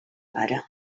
pare